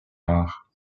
rares